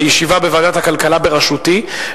בישיבה בוועדת הכלכלה בראשותי,